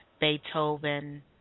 Beethoven